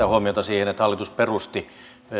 huomiota siihen että hallitus perusti vmään